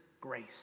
grace